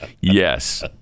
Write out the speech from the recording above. Yes